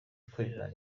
ikorera